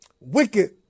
wicked